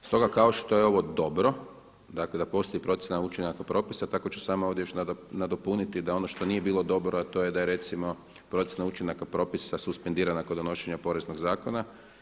Stoga kao što je ovo dobro, dakle da postoji procjena učinaka propisa, tako ću samo još ovdje nadopuniti da ono što nije bilo dobro, a to je da je recimo procjena učinaka propisa suspendirana kod donošenja poreznog zakona.